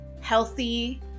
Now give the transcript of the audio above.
healthy